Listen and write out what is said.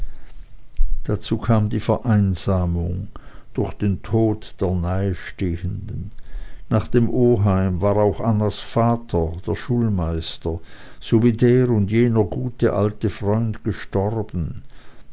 dazu kam die vereinsamung durch den tod der nahestehenden nach dem oheim war auch annas vater der schulmeister sowie der und jener gute alte freund gestorben